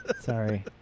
sorry